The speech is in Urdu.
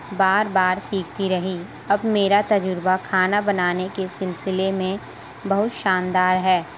بار بار سیکھتی رہی اب میرا تجربہ کھانا بنانے کے سلسلے میں بہت شاندار ہے